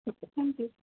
okay thank you